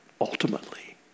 Ultimately